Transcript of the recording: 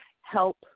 help